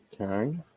Okay